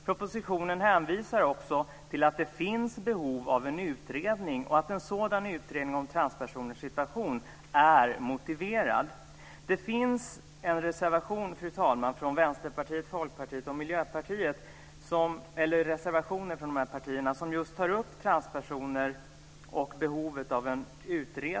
Propositionen hänvisar också till att det finns behov av en utredning om transpersoners situation och att en sådan utredning är motiverad. Det finns en reservation, fru talman, från Vänsterpartiet, Folkpartiet och Miljöpartiet som just tar upp transpersoner och behovet av en utredning.